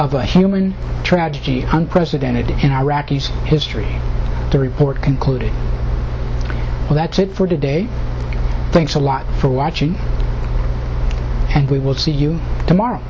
a human tragedy unprecedented in iraqi history the report concluded well that's it for today thanks a lot for watching and we will see you tomorrow